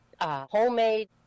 homemade